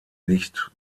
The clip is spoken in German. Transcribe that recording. nicht